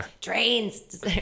Trains